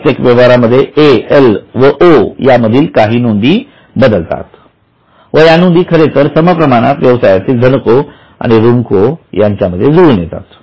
प्रत्येक व्यवहारांमध्ये A L व ओ मधील काही नोंदी बदलतात व या नोंदी खरेतर समप्रमाणात व्यवसायातील धनको आणि ऋणको यामध्ये जुळून येतात